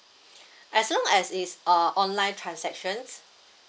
as long as it's uh online transactions